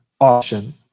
option